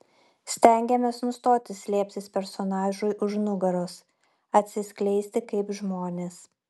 stengiamės nustoti slėptis personažui už nugaros atsiskleisti kaip žmonės